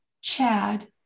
Chad